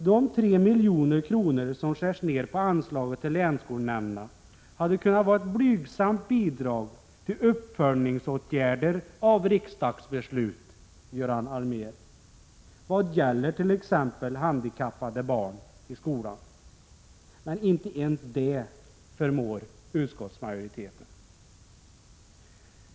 De 3 milj.kr. som man skär ner på anslaget till länsskolnämnderna hade kunnat vara ett blygsamt bidrag till uppföljningsåtgärder beträffande riksdagsbeslut om t.ex. handikappade barn i skolan. Men inte ens detta förmår utskottsmajoriteten.